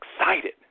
excited